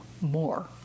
more